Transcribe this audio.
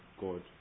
God